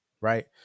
right